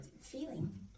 feeling